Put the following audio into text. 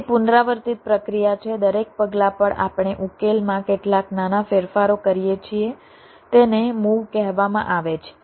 તે પુનરાવર્તિત પ્રક્રિયા છે દરેક પગલાં પર આપણે ઉકેલમાં કેટલાક નાના ફેરફારો કરીએ છીએ તેને મૂવ કહેવામાં આવે છે